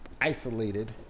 isolated